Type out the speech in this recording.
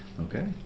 okay